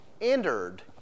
entered